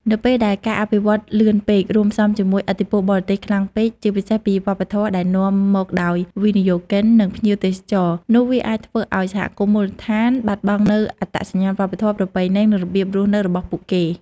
នៅពេលដែល ការអភិវឌ្ឍលឿនពេក រួមផ្សំជាមួយ ឥទ្ធិពលបរទេសខ្លាំងពេក ជាពិសេសពីវប្បធម៌ដែលនាំមកដោយវិនិយោគិន និងភ្ញៀវទេសចរ នោះវាអាចធ្វើឲ្យ សហគមន៍មូលដ្ឋានបាត់បង់នូវអត្តសញ្ញាណវប្បធម៌ ប្រពៃណី និងរបៀបរស់នៅរបស់ពួកគេ។